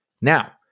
Now